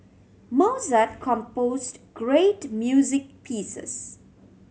Mozart composed great music pieces